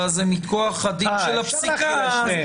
זה מכוח הדין של השתיקה --- אפשר להחיל על שניהם